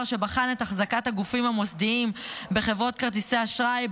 שבחן את החזקת הגופים המוסדיים בחברות כרטיסי האשראי.